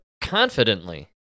confidently